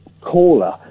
caller